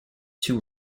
two